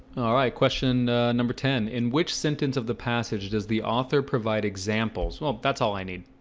all right question number ten in which sentence of the passage does the author provide examples well, that's all i need